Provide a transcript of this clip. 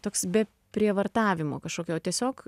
toks be prievartavimo kažkokio tiesiog